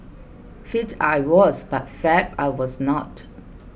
fit I was but fab I was not